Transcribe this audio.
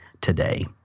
today